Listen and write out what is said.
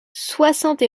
soixante